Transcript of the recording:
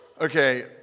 Okay